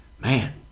Man